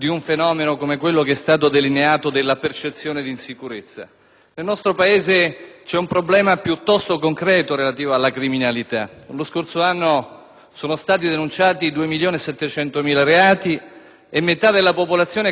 Nel nostro Paese si pone un problema piuttosto concreto relativo alla criminalità. Lo scorso anno sono stati denunciati 2.700.000 reati e metà della popolazione carceraria è composta da cittadini extracomunitari.